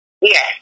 Yes